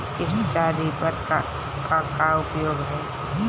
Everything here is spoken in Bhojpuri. स्ट्रा रीपर क का उपयोग ह?